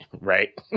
right